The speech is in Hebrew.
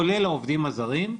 כולל העובדים הזרים.